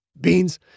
Beans